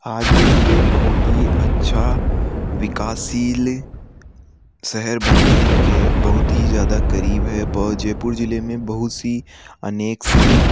आज जयपुर एक बहुत ही अच्छा विकासशील शहर बनने के बहुत ही ज़्यादा करीब है वह जयपुर जिले में बहुत सी अनेक सी